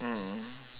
mm